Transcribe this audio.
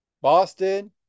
Boston